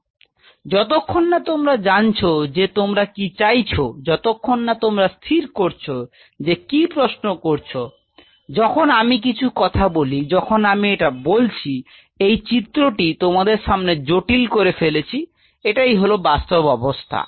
তো যতক্ষণ না তোমরা জানছ যে তোমরা কি চাইছ যতক্ষণ না তোমরা স্থির করছ যে কি প্রশ্ন করছ যখন আমি কিছু কথা বলি যখন আমি একথা বলছি এইটি চিত্রটি তোমাদের সামনে জটিল করে ফেলেছি এটাই হল বাস্তব অবস্থা